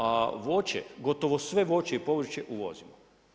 A voće, gotovo sve voće i povrće uvozimo.